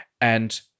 And-